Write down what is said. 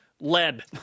lead